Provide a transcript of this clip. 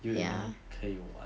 you and me 可以玩